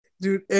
Dude